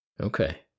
Okay